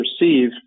receive